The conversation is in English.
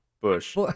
Bush